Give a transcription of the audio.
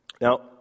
Now